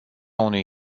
unui